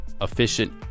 efficient